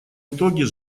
итоги